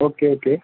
okay okay